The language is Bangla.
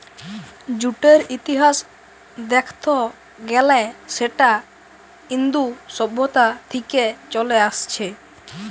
জুটের ইতিহাস দেখত গ্যালে সেটা ইন্দু সভ্যতা থিকে চলে আসছে